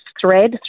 thread